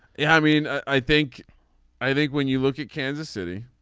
yeah i mean i think i think when you look at kansas city